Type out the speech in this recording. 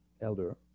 elder